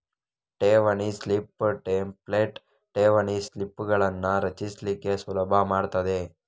ಠೇವಣಿ slip template ಠೇವಣಿ ಸ್ಲಿಪ್ಪುಗಳನ್ನ ರಚಿಸ್ಲಿಕ್ಕೆ ಸುಲಭ ಮಾಡ್ತದೆ